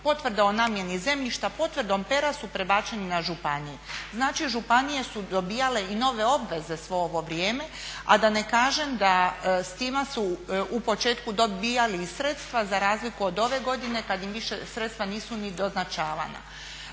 potvrda o namjeni zemljišta, potvrdom pera su prebačeni na županije. Znači, županije su dobijale i nove obveze svo ovo vrijeme, a da ne kažem da s tima su u početku dobijali i sredstva za razliku od ove godine kad im više sredstva nisu ni doznačavana.